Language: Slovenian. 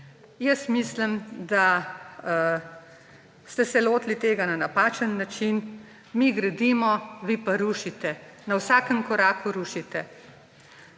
Jaz mislim, da ste se lotili tega na napačen način. Mi gradimo, vi pa rušite, na vsakem koraku rušite.